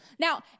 Now